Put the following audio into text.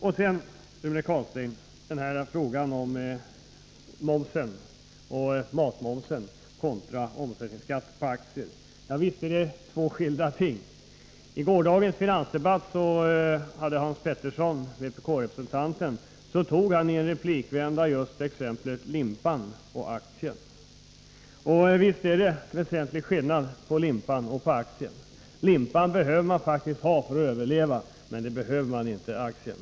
Sedan, Rune Carlstein, till frågan om momsen och matmomsen kontra omsättningsskatt på aktier. Visst är det två skilda ting! I gårdagens finansdebatt tog Hans Petersson, vpk-representanten, i en replikomgång just exemplet med limpan och aktien. Och visst är det väsentlig skillnad på limpan och aktien — limpan behöver man faktiskt för att överleva, men inte aktien.